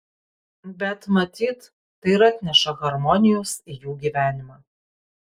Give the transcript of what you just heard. bet matyt tai ir atneša harmonijos į jų gyvenimą